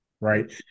Right